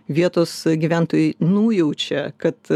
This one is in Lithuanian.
vietos gyventojai nujaučia kad